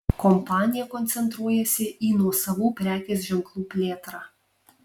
kompanija koncentruojasi į nuosavų prekės ženklų plėtrą